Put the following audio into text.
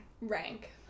Rank